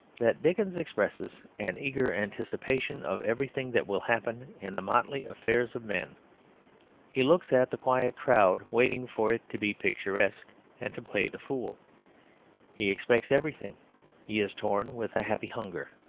that dickens expresses an eager anticipation of everything that will happen in the motley affairs of men he looks at the quiet crowd waiting for it to be picturesque and to play the fool he expects everything he is torn with a happy hunger.